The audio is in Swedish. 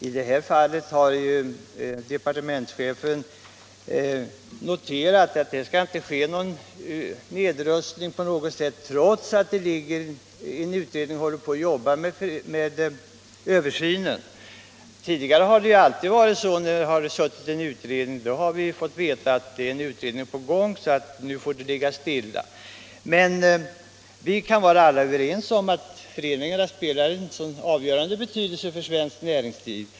I det här fallet har departementschefen uttalat att det inte skall bli någon nedrustning, trots att en utredning håller på med en översyn. Tidigare har man alltid sagt att anslaget får ligga stilla på den gamla nivån när det har tillsatts en utredning. Men vi kan alla vara överens om att företagareföreningarna är av avgörande betydelse för svenskt näringsliv.